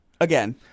Again